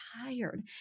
tired